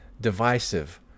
divisive